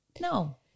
No